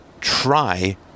try